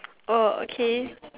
oh okay